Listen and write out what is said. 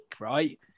right